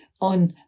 on